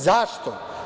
Zašto?